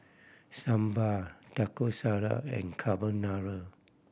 Sambar Taco Salad and Carbonara